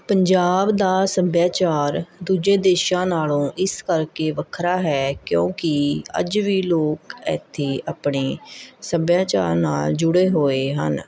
ਪੰਜਾਬ ਦਾ ਸੱਭਿਆਚਾਰ ਦੂਜੇ ਦੇਸ਼ਾਂ ਨਾਲ਼ੋਂ ਇਸ ਕਰਕੇ ਵੱਖਰਾ ਹੈ ਕਿਉਂਕਿ ਅੱਜ ਵੀ ਲੋਕ ਇੱਥੇ ਆਪਣੇ ਸੱਭਿਆਚਾਰ ਨਾਲ਼ ਜੁੜੇ ਹੋਏ ਹਨ